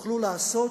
תוכלו לעשות